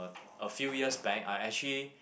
a few years back I actually